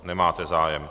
Nemáte zájem.